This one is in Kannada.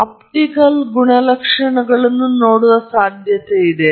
ನೀವು ಈ ರೀತಿಯ ಸಂಪೂರ್ಣ ವಿಶ್ಲೇಷಣೆ ಮಾಡಿದರೆ ನಿಮ್ಮ ಪ್ರಯೋಗದ ಬಗ್ಗೆ ನೀವು ಬಹಳ ವಿಶ್ವಾಸ ಹೊಂದುತ್ತೀರಿ